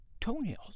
toenails